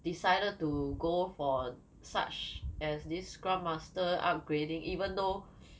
decided to go for such as this scrum master upgrading even though